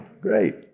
Great